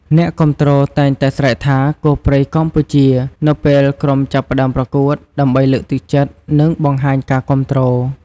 អ្នកគាំទ្រតែងតែស្រែកថា "គោព្រៃកម្ពុជា!" នៅពេលក្រុមចាប់ផ្តើមប្រកួត ដើម្បីលើកទឹកចិត្ត និងបង្ហាញការគាំទ្រ។